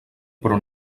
però